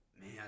man